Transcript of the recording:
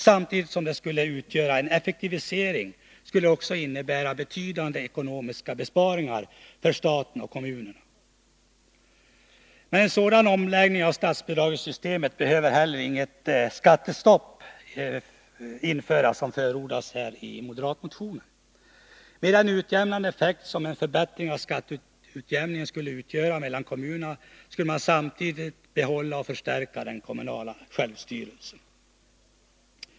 Samtidigt som det skulle utgöra en effektivisering skulle det också innebära betydande ekonomiska besparingar för staten och kommunerna. Med en sådan omläggning av statsbidragssystemet behöver heller inget skattestopp införas, vilket förordas i moderatmotionen. Med den utjämnande effekt mellan kommunerna som en förbättring av skatteutjämningen skulle få skulle man också behålla och förstärka den kommunala självstyrelsen.